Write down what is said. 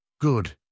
Good